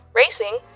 racing